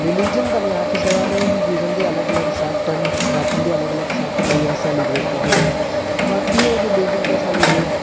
religion दा नेईं आक्खी सकदा में ओह् हिंदूइयम दा अलग अलग सेक्ट न सनातन दे अलग अलग सेक्ट न उ'ऐ सेलीबरेट करने होन्ने आं बाकी और रिलिजन ते सेलीवरेट